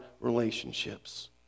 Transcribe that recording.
relationships